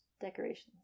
decorations